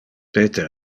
peter